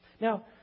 Now